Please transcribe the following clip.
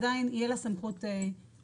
עדיין תהיה לה סמכות להחליט.